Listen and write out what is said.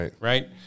right